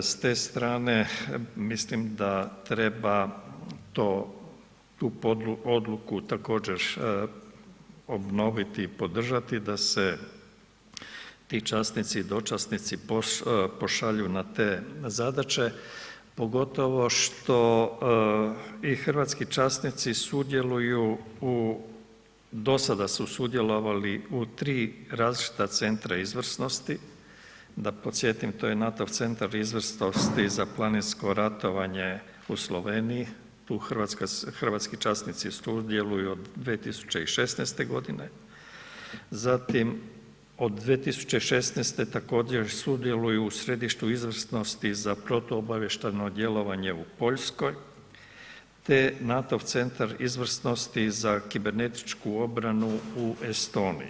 S te strane mislim da treba to, tu odluku također obnoviti i podržati da se ti časnici i dočasnici pošalju na te zadaće, pogotovo što i hrvatski časnici sudjeluju u dosada su sudjelovali u tri različita centra izvrsnosti, da podsjetim to je NATO-ov centar izvrsnosti za planinsko ratovanje u Sloveniji, tu hrvatski časnici djeluju od 2016. godine, zatim od 2016. također sudjeluju u središtu izvrsnosti za protuobavještajno djelovanje u Poljskoj te NATO-ov centar izvrsnosti za kibernetičku obranu u Estoniji.